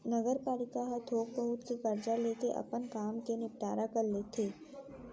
नगरपालिका ह थोक बहुत के करजा लेके अपन काम के निंपटारा कर लेथे